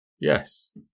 Yes